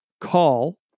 call